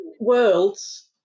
worlds